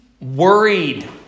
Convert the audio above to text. Worried